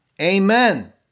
Amen